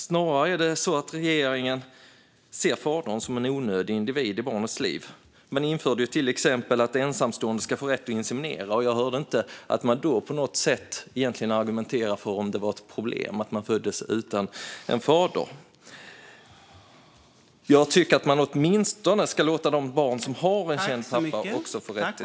Snarare är det så att regeringen ser fadern som en onödig individ i barnets liv. Man införde till exempel att ensamstående ska få rätt att inseminera, och jag hörde inte att man då på något sätt argumenterade för om det är ett problem att barn föds utan en fader. Jag tycker att man åtminstone ska låta de barn som har en känd pappa få rätt till sin pappa.